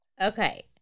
okay